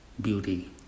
beauty